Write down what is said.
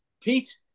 Pete